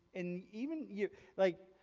in even, you like,